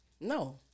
No